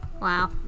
Wow